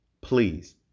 Please